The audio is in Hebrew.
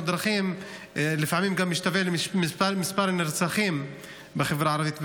דרכים לפעמים גם משתווה למספר הנרצחים בחברה הערבית.